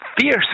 fierce